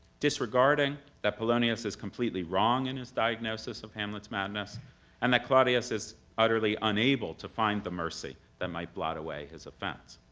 disregarding that polonius is completely wrong in his diagnosis of hamlet's madness and that claudius is utterly unable to find the mercy that might blot away his offense.